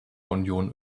union